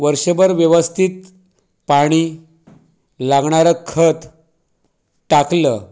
वर्षभर व्यवस्थित पाणी लागणारं खत टाकलं